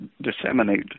disseminate